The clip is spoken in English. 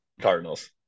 Cardinals